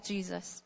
Jesus